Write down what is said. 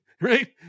Right